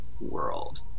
world